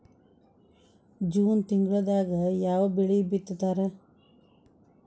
June ತಿಂಗಳದಾಗ ಯಾವ ಬೆಳಿ ಬಿತ್ತತಾರ?